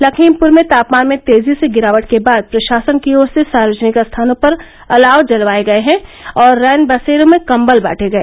लखीमपुर में तापमान में तेजी से गिरावट के बाद प्रशासन की ओर से सार्वजनिक स्थानों पर अलाव जलवाए गए और रैन बसेरों में कम्बल बांटे गए